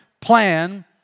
plan